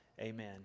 amen